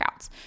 workouts